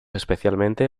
especialmente